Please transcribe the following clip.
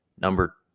number